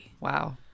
Wow